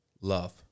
love